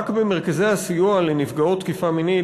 רק במרכזי הסיוע לנפגעות תקיפה מינית